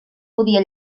podia